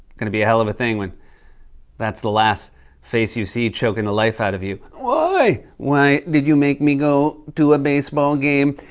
going to be a hell of a thing when that's the last face you see choking the life out of you. why? why did you make me go to a baseball game?